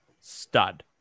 stud